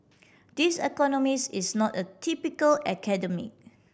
this economist is not a typical academic